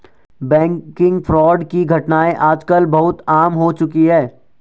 banking fraud की घटनाएं आज कल बहुत आम हो चुकी है